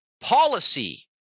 policy